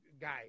guy